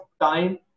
time